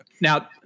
Now